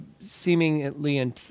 seemingly